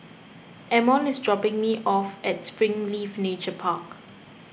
Amon is dropping me off at Springleaf Nature Park